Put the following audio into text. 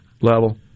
level